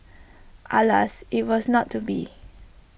alas IT was not to be